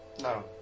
No